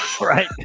Right